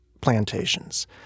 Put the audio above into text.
plantations—